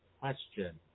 question